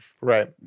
Right